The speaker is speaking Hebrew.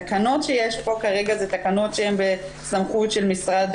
התקנות שיש פה כרגע הן תקנות שהן בסמכות של משרד